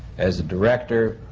as a director,